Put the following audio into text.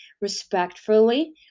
respectfully